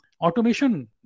automation